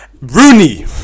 Rooney